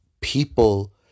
people